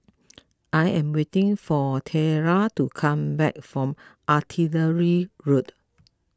I am waiting for Tella to come back from Artillery Road